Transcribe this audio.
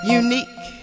unique